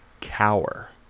cower